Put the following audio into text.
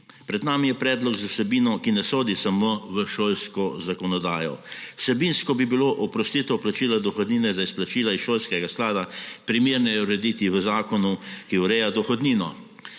Pred nami je predlog z vsebino, ki ne sodi samo v šolsko zakonodajo. Vsebinsko bi bilo oprostitev plačila dohodnine za izplačila iz šolskega sklada primerneje urediti v zakonu, ki ureja dohodnino.